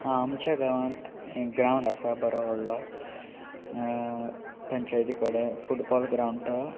आमच्या गांवांत ग्रावंड आसा बरो व्हडलो पंचायती कडेन फुटबॉल ग्रावंड